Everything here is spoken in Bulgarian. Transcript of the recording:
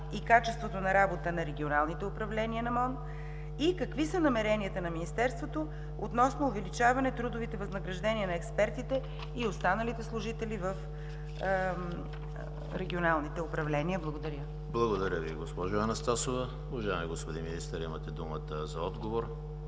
и качеството на работа на регионалните управления на МОН? Какви са намеренията на МОН да увеличи трудовите възнаграждения на експертите и останалите служители в регионалните управления? Благодаря. ПРЕДСЕДАТЕЛ ЕМИЛ ХРИСТОВ: Благодаря Ви, госпожо Анастасова. Уважаеми господин Министър, имате думата за отговор.